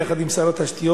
יחד עם שר התשתיות,